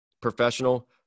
Professional